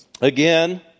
again